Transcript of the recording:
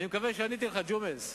אני מקווה שעניתי לך, ג'ומס.